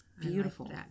beautiful